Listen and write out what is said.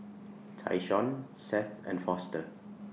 Tyshawn Seth and Foster